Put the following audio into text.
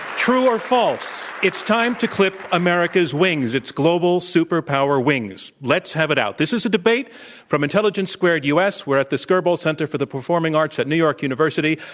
true or false, it's time to clip america's wings, its global super power wings. let's have it out. this is a debate from intelligence squared u. s. we're at the skirball center for the performing arts at new york university.